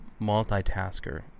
multitasker